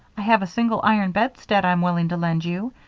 i have a single iron bedstead i'm willing to lend you,